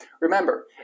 Remember